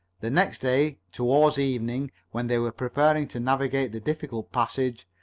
the next day, toward evening, when they were preparing to navigate the difficult passage,